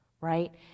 right